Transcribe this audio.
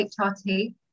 HRT